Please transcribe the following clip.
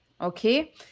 Okay